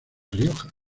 rioja